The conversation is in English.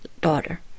daughter